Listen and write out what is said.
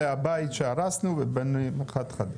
זה הבית שהרסנו ובנינו אחד חדש.